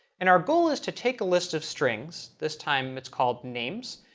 and our goal is to take a list of strings. this time it's called names.